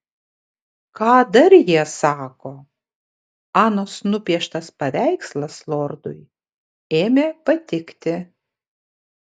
ką dar jie sako anos nupieštas paveikslas lordui ėmė patikti